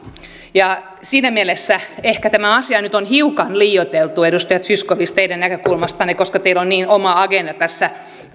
siinä mielessä ehkä tämä asia nyt on hiukan liioiteltu edustaja zyskowicz teidän näkökulmastanne koska teillä on niin oma agendanne tässä